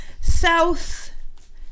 south